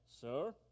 Sir